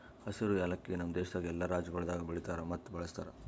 ಹಸಿರು ಯಾಲಕ್ಕಿ ನಮ್ ದೇಶದಾಗ್ ಎಲ್ಲಾ ರಾಜ್ಯಗೊಳ್ದಾಗ್ ಬೆಳಿತಾರ್ ಮತ್ತ ಬಳ್ಸತಾರ್